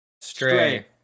Stray